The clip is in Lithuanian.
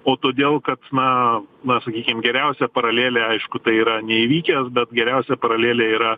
o todėl kad na na sakykim geriausia paralelė aišku tai yra neįvykęs bet geriausia paralelė yra